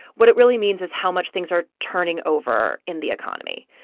what it really means is how much things are turning over in the economy.